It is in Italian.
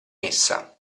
essa